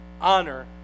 honor